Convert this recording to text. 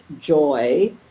joy